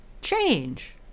change